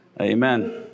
Amen